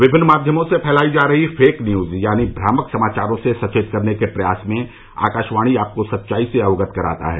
विभिन्न माध्यमों से फैलाई जा रही फेक न्यूज यानी भ्रामक समाचारों से सचेत करने के प्रयास में आकाशवाणी आपको सच्चाई से अवगत कराता है